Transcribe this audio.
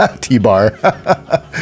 T-bar